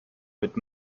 mit